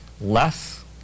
less